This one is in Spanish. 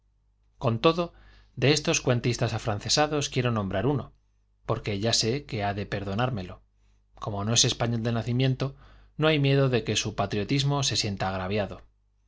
con todo de estos cuentistas afrancesados quiero nombrar uno porque ya sé que ha de perdonármelo corno no es español de nacimiento no hay miedo de que su patr io tismo se sienta agraviado